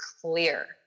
clear